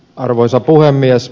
arvoisa puhemies